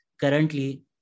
currently